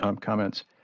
comments